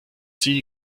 sie